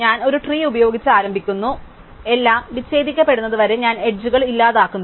ഞാൻ ഒരു ട്രീ ഉപയോഗിച്ച് ആരംഭിക്കുന്നു എല്ലാം വിച്ഛേദിക്കപ്പെടുന്നതുവരെ ഞാൻ എഡ്ജ്കൾ ഇല്ലാതാക്കുന്നു